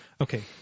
Okay